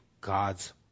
God's